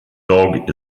dog